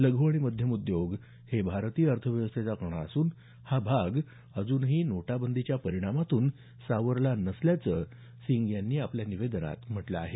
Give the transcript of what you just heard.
लघु आणि मध्यम उद्योग हे भारतीय अर्थ व्यवस्थेचा कणा असून हा भाग अजूनही नोटा बंदीच्या परिणामातून सावरला नसल्याचं सिंग यांनी आपल्या निवेदनात म्हटलं आहे